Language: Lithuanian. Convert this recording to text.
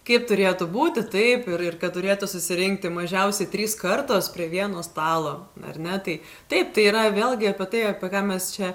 kaip turėtų būti taip ir ir kad turėtų susirinkti mažiausiai trys kartos prie vieno stalo ar ne tai taip tai yra vėlgi apie tai apie ką mes čia